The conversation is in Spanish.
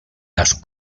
las